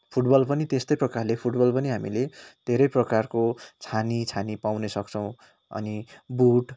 football पनि त्यस्तै प्रकारले फुटबल पनि हामीले धेरै प्रकारको छानी छानी पाउन सक्छौँ अनि बुट